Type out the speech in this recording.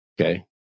Okay